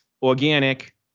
organic